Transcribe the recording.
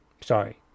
Sorry